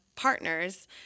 partners